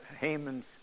Haman's